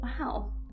Wow